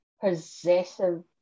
possessive